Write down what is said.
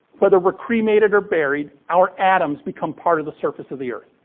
whether we're cremated or buried, our atoms become part of the surface of the earth.